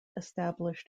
established